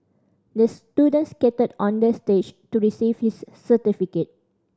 the student skated on the stage to receive his certificate